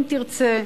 אם תרצה,